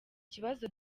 kibazo